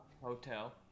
hotel